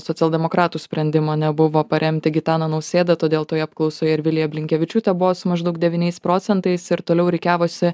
socialdemokratų sprendimo nebuvo paremti gitaną nausėdą todėl toje apklausoje ir vilija blinkevičiūtė buvo su maždaug devyniais procentais ir toliau rikiavosi